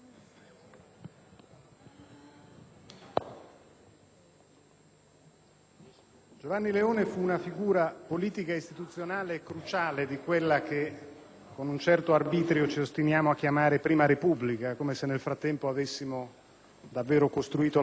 Giovanni Leone fu una figura politica e istituzionale cruciale di quella che, con un certo arbitrio, ci ostiniamo a chiamare prima Repubblica, come se nel frattempo avessimo davvero costruito la seconda.